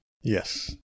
Yes